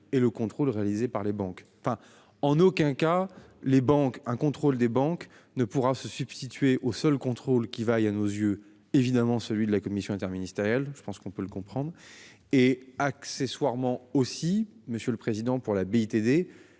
et le contrôle réalisé par les banques enfin en aucun cas les banques un contrôle des banques ne pourra se substituer au seul contrôle qui vaille, à nos yeux évidemment celui de la Commission interministérielle. Je pense qu'on peut le comprendre, et accessoirement aussi monsieur le président pour la BITD,